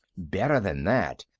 better than that!